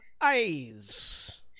eyes